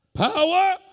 Power